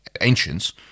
Ancients